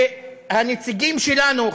והנציגים שלנו,